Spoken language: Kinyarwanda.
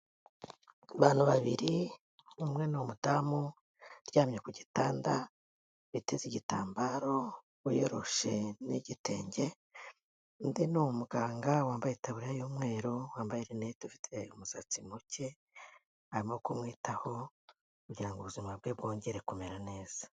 Abantu babiri, umwe ni umudamu uryamye ku gitanda yateze igitambaro wiyoroshe n'igitenge, undi ni umuganga wambaye itaburiya y'umweru wambaye linete ufite umusatsi muke, arimo kumwitaho kugira ngo ubuzima bwe bwongere kumera neza.